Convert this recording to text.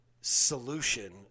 solution